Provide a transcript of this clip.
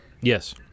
Yes